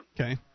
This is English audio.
Okay